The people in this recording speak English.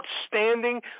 outstanding